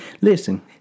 listen